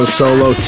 solo